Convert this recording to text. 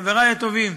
חברי הטובים.